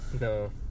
No